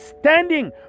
standing